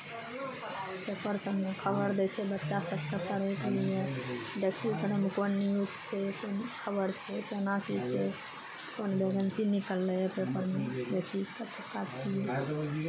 paper सभमे खबर दै छै बच्चा सभके पढ़यके लिए देखही एकरामे कोन न्यूज छै कोन खबर छै केना की छै कोन बेगन्सी निकललै पेपरमे देखही कतुका छी